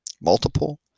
Multiple